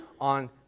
on